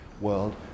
world